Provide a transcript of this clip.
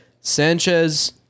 Sanchez